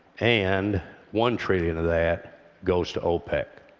and one trillion of that goes to opec.